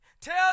Tell